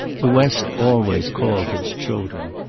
the west always called its children.